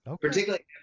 Particularly